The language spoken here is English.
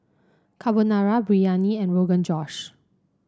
Carbonara Biryani and Rogan Josh